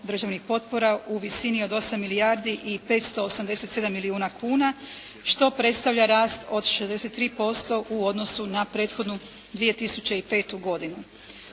državnih potpora u visini od 8 milijardi i 587 milijuna kuna što predstavlja rast od 63% u odnosu na prethodnu 2005. godinu.